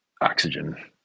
oxygen